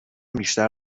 بیشتر